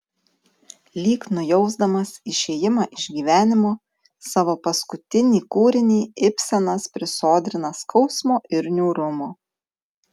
lyg nujausdamas išėjimą iš gyvenimo savo paskutinį kūrinį ibsenas prisodrina skausmo ir niūrumo